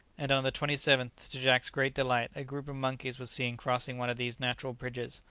and on the twenty seventh, to jack's great delight, a group of monkeys was seen crossing one of these natural bridges,